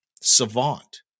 savant